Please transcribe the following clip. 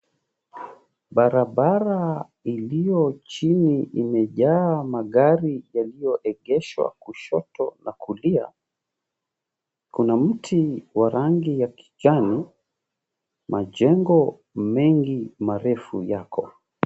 Barabara iliyo chini imejaa magari yaliyoegeshwa kushoto na kulia. Kuna mti wa rangi ya kijani. Majengo mengi marefu yako.